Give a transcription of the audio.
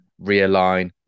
realign